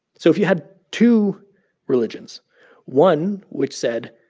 so if you had two religions one which said,